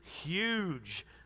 huge